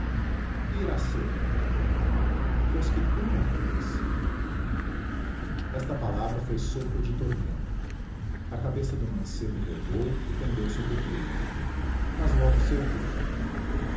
iracema pois que tu morrias esta palavra foi sopro de tormenta a cabeça do mancebo vergou e pendeu sobre o peito mas logo